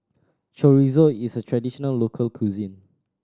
chorizo is a traditional local cuisine